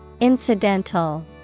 Incidental